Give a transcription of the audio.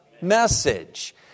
message